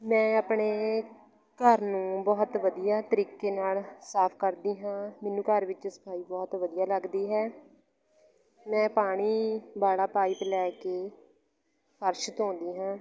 ਮੈਂ ਆਪਣੇ ਘਰ ਨੂੰ ਬਹੁਤ ਵਧੀਆ ਤਰੀਕੇ ਨਾਲ ਸਾਫ ਕਰਦੀ ਹਾਂ ਮੈਨੂੰ ਘਰ ਵਿੱਚ ਸਫਾਈ ਬਹੁਤ ਵਧੀਆ ਲੱਗਦੀ ਹੈ ਮੈਂ ਪਾਣੀ ਵਾਲਾ ਪਾਈਪ ਲੈ ਕੇ ਫਰਸ਼ ਧੋਂਦੀ ਹਾਂ